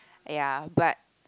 ya but